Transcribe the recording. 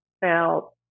felt